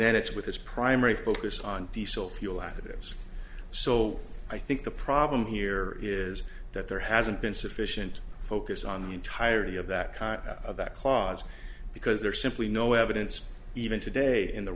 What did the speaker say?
then it's with us primary focus on diesel fuel additives so i think the problem here is that there hasn't been sufficient focus on the entirety of that kind of that clause because there's simply no evidence even today in the